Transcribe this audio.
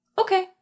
okay